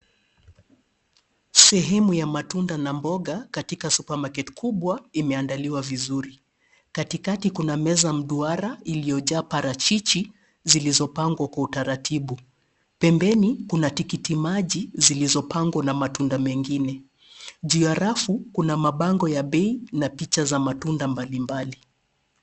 Sehemu ya matunda na mboga katika supermarket kubwa imeandaliwa vizuri. Katikati kuna meza mduara iliyojaa parachichi zilizopangwa kwa utaratibu. Pembeni, kuna tikiti maji zilizopangwa na matunda mengine. Juu ya rafu, kuna mabango ya bei na picha za matunda mbalimbali.